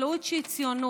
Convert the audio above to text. החקלאות שהיא ציונות,